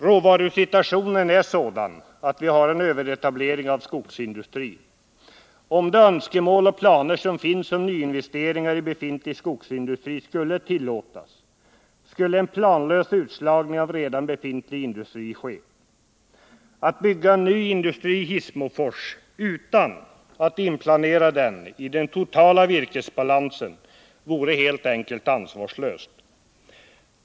Råvarusituationen är sådan att vi har en överetablering inom skogsindustrin. Om de önskemål och planer som finns om nyinvesteringar i befintlig skogsindustri skulle tillåtas, skulle en planlös utslagning av redan befintlig industri ske. Att bygga en ny industri i Hissmofors utan att inplanera den i den totala virkesbalansen vore helt enkelt ansvarslöst.